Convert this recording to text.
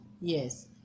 yes